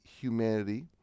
humanity